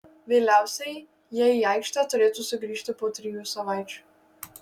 vėliausiai jie į aikštę turėtų sugrįžti po trijų savaičių